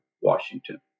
Washington